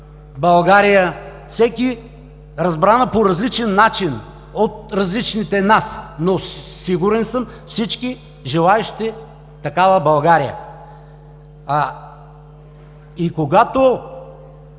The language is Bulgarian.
България, разбрана по различен начин от различните нас, но, сигурен съм, всички желаещи такава България. И когато